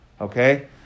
Okay